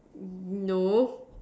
no